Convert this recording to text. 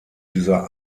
dieser